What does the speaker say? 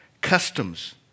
Customs